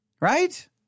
right